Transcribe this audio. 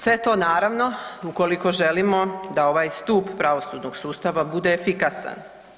Sve to naravno ukoliko želimo da ovaj stup pravosudnog sustava bude efikasan.